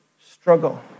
struggle